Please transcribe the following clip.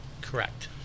Correct